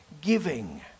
giving